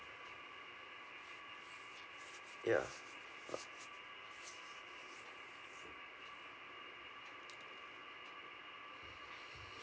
ya